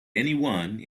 anyone